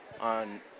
on